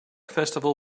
festival